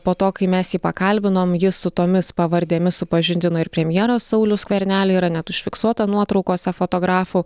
po to kai mes jį pakalbinom jis su tomis pavardėmis supažindino ir premjerą saulių skvernelį yra net užfiksuota nuotraukose fotografų